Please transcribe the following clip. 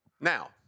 Now